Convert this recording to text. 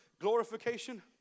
Glorification